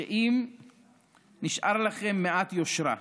שאם נשארה לכם מעט יושרה,